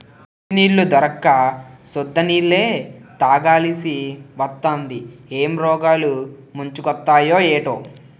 మంచినీళ్లు దొరక్క సుద్ద నీళ్ళే తాగాలిసివత్తాంది ఏం రోగాలు ముంచుకొత్తయే ఏటో